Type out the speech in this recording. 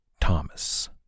Thomas